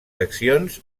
accions